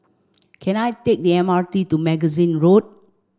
can I take the M R T to Magazine Road